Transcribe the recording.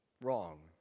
Wrong